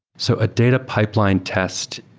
so a data pipeline test,